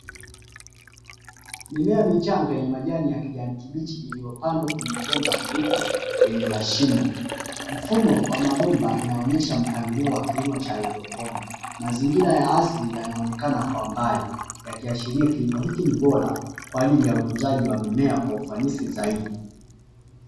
Mimea michanga yenye majani ya kijani kibichi, iliyopandwa kwenye mabomba meupe yenye mashimo, mfumo wa mabomba unaonyesha mpangilio wa kilimo cha haidroponi, mazingira ya asili yanaonekana kwa mbali, ikiashiria kilimo hiki ni bora, kwa ajili ya ukuzaji wa mimea kwa ufanisi zaidi.